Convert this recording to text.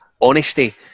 honesty